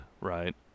right